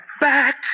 Back